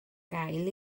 gael